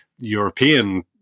European